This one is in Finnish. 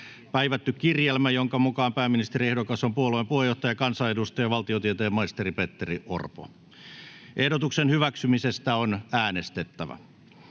päivätty kirjelmä, jonka mukaan pääministeriehdokas on puolueen puheenjohtaja, kansanedustaja, valtiotieteiden maisteri Petteri Orpo. Ehdotuksen hyväksymisestä on äänestettävä.